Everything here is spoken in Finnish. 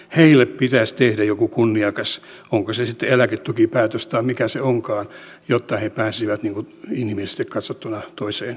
heille pitäisi tehdä joku kunniakas onko se sitten eläketukipäätös tai mikä se onkaan jotta he pääsisivät inhimillisesti katsottuna toiseen paikkaan